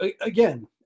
again